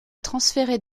transférer